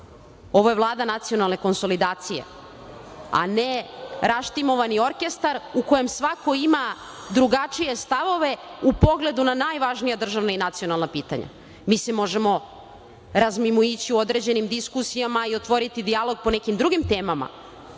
je Vlada nacionalne konsolidacije, a ne raštimovani orkestar u kojem svako ima drugačije stavove u pogledu na najvažnija državna i nacionalna pitanja. Mi se možemo razmimoići u određenim diskusijama i otvoriti dijalog po nekim drugim temama,